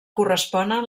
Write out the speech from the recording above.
corresponen